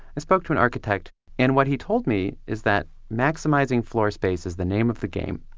i spoke to an architect and what he told me is that maximizing floor space is the name of the game,